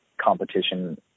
competition